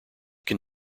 can